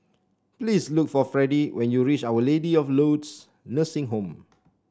please look for Fredie when you reach Our Lady of Lourdes Nursing Home